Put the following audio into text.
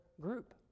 group